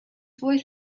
voice